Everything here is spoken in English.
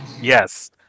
yes